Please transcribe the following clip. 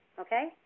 okay